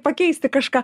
pakeisti kažką